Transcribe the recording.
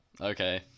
Okay